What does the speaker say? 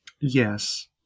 Yes